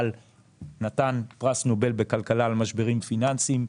נתנו פרס נובל בכלכלה על משברים פיננסיים.